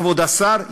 כבוד השר,